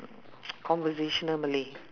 conversational malay